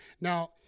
Now